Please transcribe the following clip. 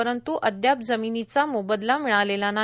परंतु अद्याप जमिनीचा मोबदला मिळालेला नाही